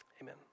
Amen